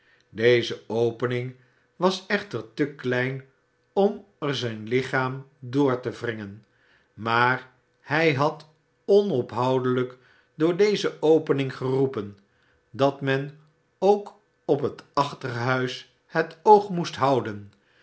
deze opening was echter te klein om er zijn lichaam door te wringen maar hij had onophoudelijk door deze opening geroepen dat men ook op het achterhuis het oog moest houden